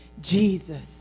Jesus